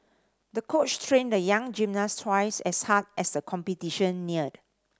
the coach trained the young gymnast twice as hard as the competition neared